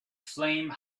flame